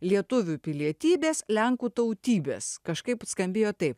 lietuvių pilietybės lenkų tautybės kažkaip skambėjo taip